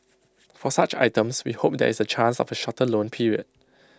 for such items we hope there is A chance of A shorter loan period